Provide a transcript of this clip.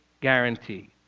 guarantee